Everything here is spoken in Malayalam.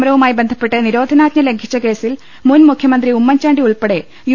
ശബരിമല സമരവുമായി ബന്ധപ്പെട്ട് നിരോധനാജ്ഞ ലംഘിച്ച കേസിൽ മുൻ മുഖ്യമന്ത്രി ഉമ്മൻചാണ്ടി ഉൾപ്പെടെ യു